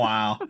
Wow